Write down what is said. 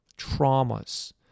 traumas